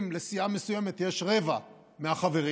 אם לסיעה מסוימת יש רבע מהחברים,